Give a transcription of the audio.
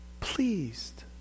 pleased